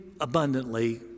abundantly